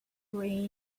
green